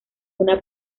una